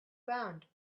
bound